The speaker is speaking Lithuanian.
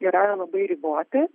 yra labai riboti